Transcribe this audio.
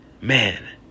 Man